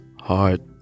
hard